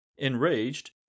Enraged